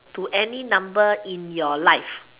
to any number in your life